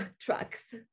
trucks